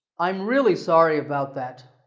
i'm really sorry about that.